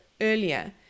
earlier